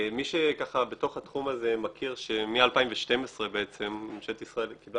מי שככה בתוך התחום הזה מכיר שמ-2012 בעצם ממשלת ישראל קיבלה